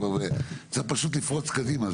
צריך פשוט לפרוץ קדימה,